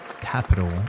capital